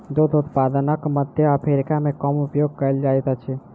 दूध उत्पादनक मध्य अफ्रीका मे कम उपयोग कयल जाइत अछि